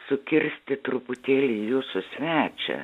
sukirsti truputėlį jūsų svečią